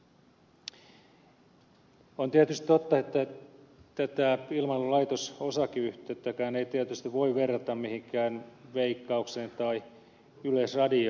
on tietysti totta että tätä ilmailulaitos osakeyhtiötäkään ei voi verrata mihinkään veikkaukseen tai yleisradioon